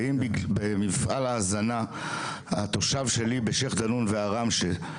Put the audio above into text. ואם במפעל ההזנה התושב שלי בשייח' דנון וערם שייח',